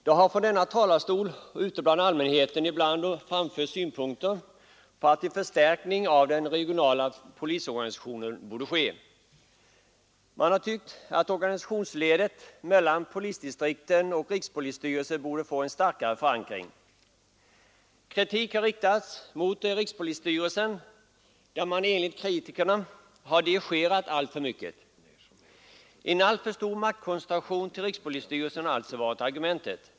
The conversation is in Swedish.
Herr talman! Det har både från denna talarstol och ute bland allmänheten framförts önskemål om en förstärkning av den regionala polisorganisationen. Man har tyckt att organisationsledet mellan polisdistrikten och rikspolisstyrelsen borde få en starkare förankring. Kritik har riktats mot rikspolisstyrelsen, som enligt kritikerna har dirigerat alltför mycket. En alltför stor maktkoncentration till rikspolisstyrelsen har alltså varit argumentet.